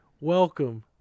Welcome